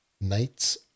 Knights